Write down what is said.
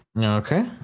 Okay